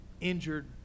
injured